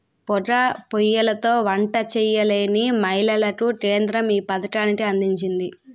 పోగా పోయ్యిలతో వంట చేయలేని మహిళలకు కేంద్రం ఈ పథకాన్ని అందించింది